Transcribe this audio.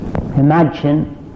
Imagine